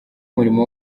umurimo